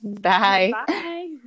Bye